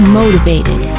motivated